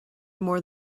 more